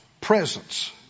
presence